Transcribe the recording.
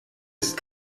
ist